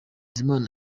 bizimana